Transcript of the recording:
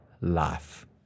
life